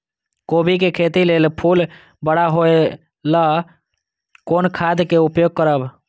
कोबी के खेती लेल फुल बड़ा होय ल कोन खाद के उपयोग करब?